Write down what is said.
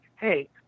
hey